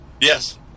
yes